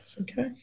Okay